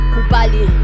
Kubali